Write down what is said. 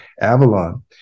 Avalon